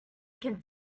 can